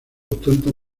tanto